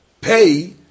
Pay